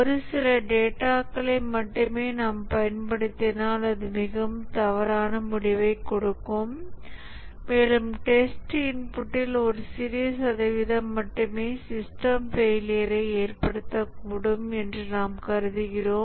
ஒரு சில டேட்டாகளை மட்டுமே நாம் பயன்படுத்தினால் அது மிகவும் தவறான முடிவைக் கொடுக்கும் மேலும் டெஸ்ட் இன்புட்டில் ஒரு சிறிய சதவீதம் மட்டுமே சிஸ்டம் ஃபெயிலியர்ரை ஏற்படுத்தக்கூடும் என்று கருதுகிறோம்